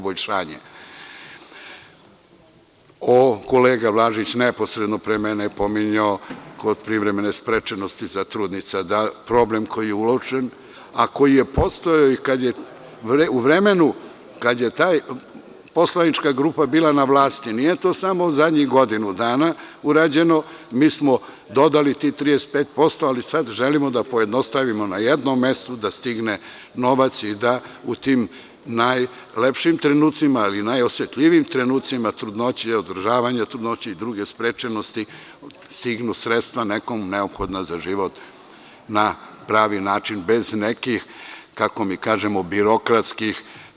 Kolega Važić neposredno pre mene je pominjao kod privremene sprečenosti za trudnice, problem koji je uočen a koji je postojao i kada je u vremenu kad je ta poslanička grupa bila na vlasti, nije to samo zadnjih godinu dana urađeno, mi smo dodali tih 35%, ali sad želimo da pojednostavimo na jednom mestu da stigne novac i da u tim najlepšim trenucima ili najosetljivijim trenucima trudnoće i održavanja trudnoće i druge sprečenosti stignu sredstva nekom neophodna za život na pravi način bez nekih, kako mi kažemo, birokratskih.